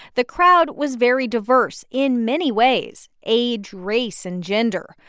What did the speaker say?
the crowd was very diverse, in many ways age, race and gender.